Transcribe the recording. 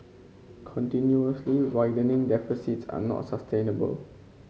continuously widening deficits are not sustainable